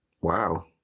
Wow